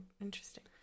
interesting